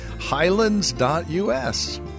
highlands.us